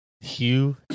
Hugh